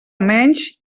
menys